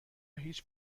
هیچ